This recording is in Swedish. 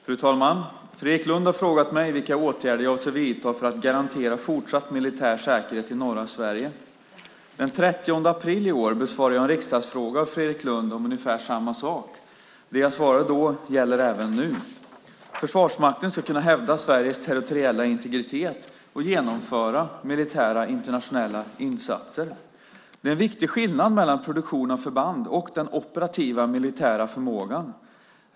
Fru talman! Fredrik Lundh har frågat mig vilka åtgärder jag avser att vidta för att garantera fortsatt militär säkerhet i norra Sverige. Den 30 april i år besvarade jag en riksdagsfråga av Fredrik Lundh om ungefär samma sak . Det jag svarade då gäller även nu. Försvarsmakten ska kunna hävda Sveriges territoriella integritet och genomföra militära internationella insatser. Det är en viktig skillnad mellan produktion av förband och den operativa militära förmågan.